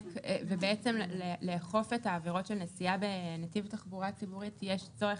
ובעצם לאכוף את העבירות של נסיעה בנתיב תחבורה ציבורית יש צורך